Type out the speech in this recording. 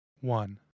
one